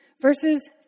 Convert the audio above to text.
Verses